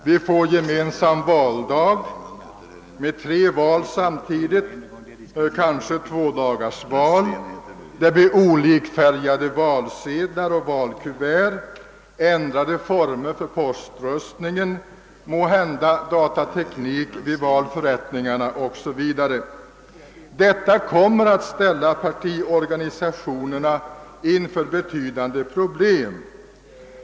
Vi får gemensam valdag med tre val samtidigt, kanske tvådagarsval, det blir olikfärgade valsedlar och valkuvert, ändrade former för poströstningen, måhända datateknik vid valförrättningarna 0. s. v. Detta kommer att ställa partiorganisationerna inför betydande problem.